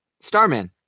Starman